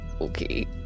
Okay